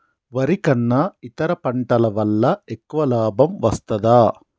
వరి కన్నా ఇతర పంటల వల్ల ఎక్కువ లాభం వస్తదా?